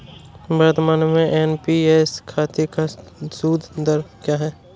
वर्तमान में एन.पी.एस खाते का सूद दर क्या है?